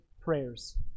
prayers